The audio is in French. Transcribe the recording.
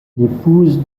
l’épouse